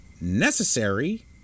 necessary